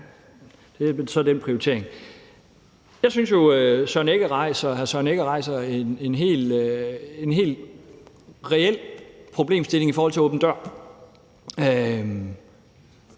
det er så en prioritering. Jeg synes jo, at hr. Søren Egge Rasmussen rejser en hel reel problemstilling i forhold til åben